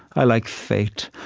i like fate.